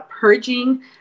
purging